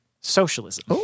socialism